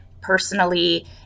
personally